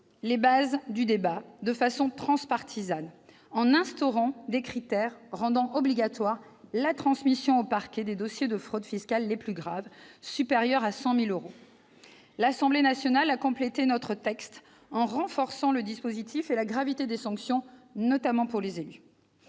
les bases du débat, de façon transpartisane, en instaurant des critères rendant obligatoire la transmission au parquet des dossiers de fraudes fiscales les plus graves, supérieures à 100 000 euros. L'Assemblée nationale a complété notre texte en renforçant le dispositif et la gravité des sanctions, notamment pour les élus.